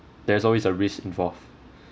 there is always a risk involved